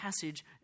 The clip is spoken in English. passage